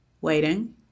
waiting